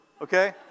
okay